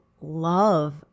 love